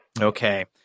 Okay